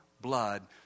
blood